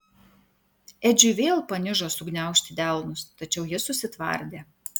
edžiui vėl panižo sugniaužti delnus tačiau jis susitvardė